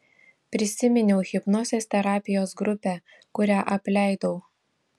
prisiminiau hipnozės terapijos grupę kurią apleidau